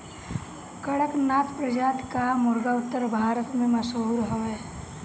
कड़कनाथ प्रजाति कअ मुर्गा उत्तर भारत में मशहूर हवे